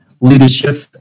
Leadership